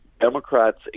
Democrats